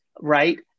right